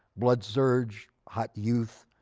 blood surge, hot youth,